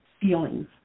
feelings